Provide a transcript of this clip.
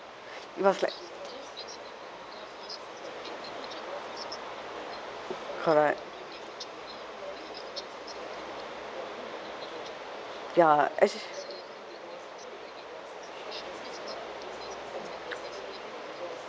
it was like correct ya act~